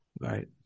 Right